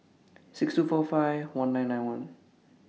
six two four five one four nine one